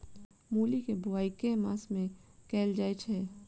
मूली केँ बोआई केँ मास मे कैल जाएँ छैय?